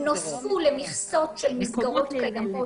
-- נוספו למכסות של מסגרות קיימות,